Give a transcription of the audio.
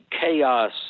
chaos